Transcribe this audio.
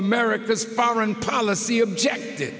america's foreign policy objective